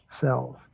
cells